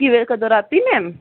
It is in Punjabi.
ਕਿਵੇਂ ਕਦੋਂ ਰਾਤੀ ਮੈਮ